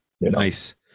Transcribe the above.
Nice